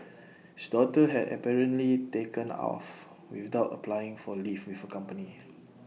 daughter had apparently taken off without applying for leave with company